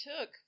took